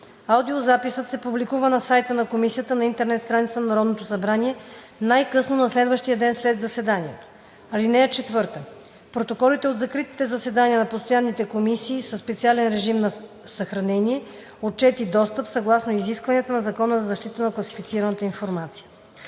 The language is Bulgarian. Аудиозаписът се публикува на сайта на комисията на интернет страницата на Народното събрание най късно на следващия ден след заседанието. (4) Протоколите от закритите заседания на постоянните комисии са със специален режим на съхранение, отчет и достъп съгласно изискванията на Закона за защита на класифицираната информация.“